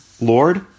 Lord